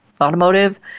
automotive